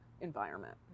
environment